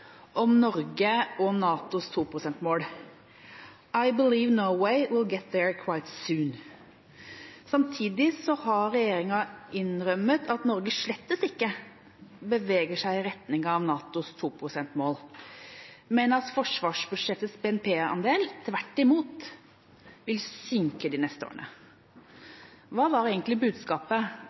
om Norge og NATOs toprosentmål: «I believe Norway will get there quite soon». Samtidig har regjeringen innrømmet at Norge slettes ikke beveger seg i retning av NATOs toprosentmål, men at forsvarsbudsjettets BNP-andel tvert imot vil synke de neste årene. Hva var egentlig budskapet